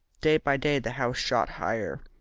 day by day the house shot higher,